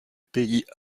pays